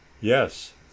yes